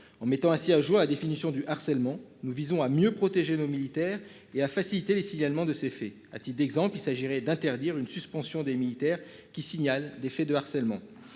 en mettant ainsi à jour la définition du harcèlement. Nous visons à mieux protéger nos militaires et à faciliter les signalements de ces faits, a-t-il d'exemple qu'il s'agirait d'interdire une suspension des militaires qui signalent des faits de harcèlement.